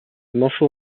manchot